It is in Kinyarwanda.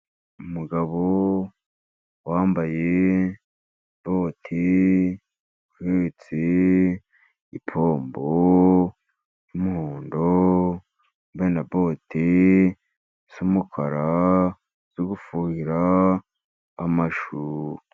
Umugabo wambaye boti uhetse ipombo y'umuhondo wambaye na bote z'umukara, uri gufuhira amashu.